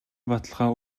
баталгаа